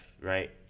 right